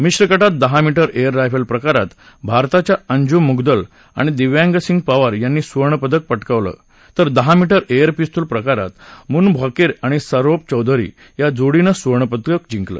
मिश्र गाते दहा मी ि एयर रायफेल प्रकारात भारताच्या अंजुम मुदगल आणि दिव्यांग सिंह पंवार यांनी सुवर्ण पदक प कावलं तर दहा मी उे एयर पिस्तूल प्रकारात मनुभाकेर आणि सौरभ चौधरी या जोडीनं सुवर्ण पदक जिंकलं